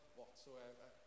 whatsoever